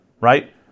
right